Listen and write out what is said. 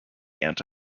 anti